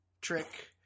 trick